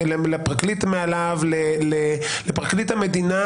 לפרקליט שמעליו או לפרקליט המדינה